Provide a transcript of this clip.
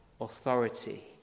authority